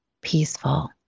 peaceful